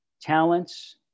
talents